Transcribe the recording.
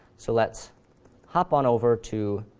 so let's hop on over to